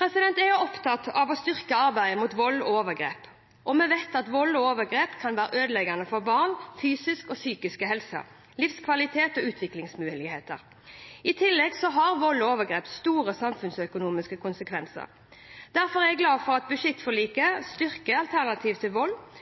Jeg er opptatt av å styrke arbeidet mot vold og overgrep. Vi vet at vold og overgrep kan være ødeleggende for barns fysiske og psykiske helse, livskvalitet og utviklingsmuligheter. I tillegg har vold og overgrep store samfunnsøkonomiske konsekvenser. Derfor er jeg glad for at budsjettforliket styrker Alternativ til Vold,